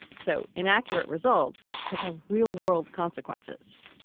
so inaccurate results could have real world consequences.